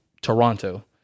Toronto